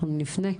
אנחנו נפנה.